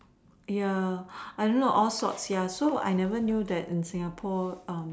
ya I don't know all sorts so I never knew that in Singapore um